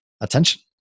attention